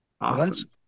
Awesome